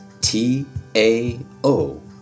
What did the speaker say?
T-A-O